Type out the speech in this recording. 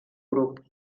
grup